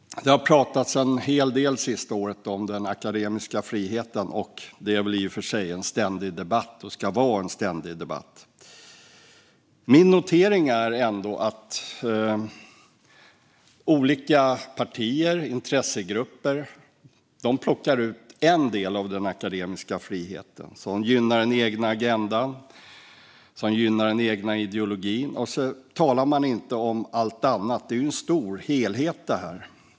Det har pratats en hel del under det senaste året om den akademiska friheten. Det är väl i och för sig en ständig debatt, och det ska det också vara. Min notering är ändå att olika partier och intressegrupper plockar ut en del av den akademiska friheten som gynnar den egna agendan och den egna ideologin, och så talar man inte om allt annat. Detta är ju en stor helhet.